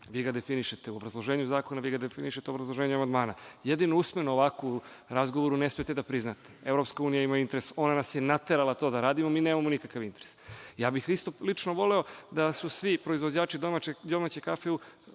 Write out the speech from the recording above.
vi ga definišete u obrazloženju zakona, vi ga definišite u obrazloženju amandmana, jedino ovako, usmeno, u razgovoru, ne smete da priznate da Evropska unija ima interes, ona nas je naterala to da radimo, mi nemamo nikakav interes. Lično bih voleo da su svi proizvođači domaće kafe u